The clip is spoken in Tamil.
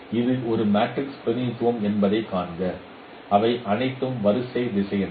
இது ஒரு மேட்ரிக்ஸ் பிரதிநிதித்துவம் என்பதைக் காண்க இவை அனைத்தும் வரிசை திசையன்கள்